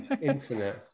infinite